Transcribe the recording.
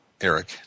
Eric